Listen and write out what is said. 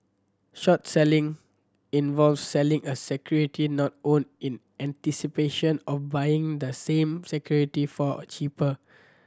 short selling involves selling a security not owned in anticipation of buying the same security for a cheaper